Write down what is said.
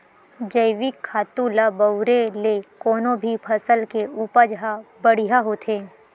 जइविक खातू ल बउरे ले कोनो भी फसल के उपज ह बड़िहा होथे